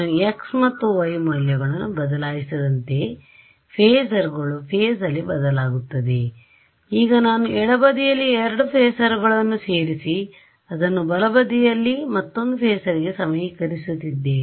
ನಾನು x ಮತ್ತು y ಮೌಲ್ಯಗಳನ್ನು ಬದಲಾಯಿಸಿದಂತೆ ಫೇಸರ್ಗಳು ಫೇಸಲ್ಲಿ ಬದಲಾಗುತ್ತವೆ ಈಗ ನಾನು ಎಡಬದಿಯಲ್ಲಿ 2 ಫೇಸರ್ಗಳನ್ನು ಸೇರಿಸಿ ಅದನ್ನು ಬಲಬದಿಯಲ್ಲಿ ಮತ್ತೊಂದು ಫೆಸರ್ಗೆ ಸಮೀಕರಿಸುತ್ತಿದ್ದೇನೆ